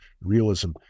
realism